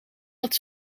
dat